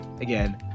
again